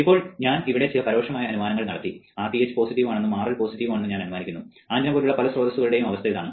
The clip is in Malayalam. ഇപ്പോൾ ഞാൻ ഇവിടെ ചില പരോക്ഷമായ അനുമാനങ്ങൾ നടത്തി Rth പോസിറ്റീവ് ആണെന്നും RL പോസിറ്റീവ് ആണെന്നും ഞാൻ അനുമാനിക്കുന്നു ആന്റിന പോലുള്ള പല സ്രോതസ്സുകളുടെയും അവസ്ഥ ഇതാണ്